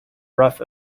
rough